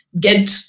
get